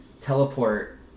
teleport